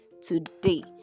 today